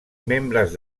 membres